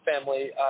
family